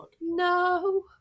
no